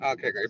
Okay